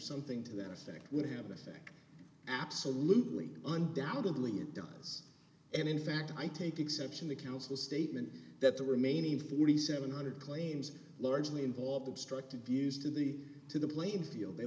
something to that effect would have a stack absolutely undoubtedly it does and in fact i take exception to counsel statement that the remaining forty seven hundred claims largely involved obstructive used in the to the playing field they